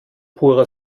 purer